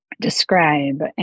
describe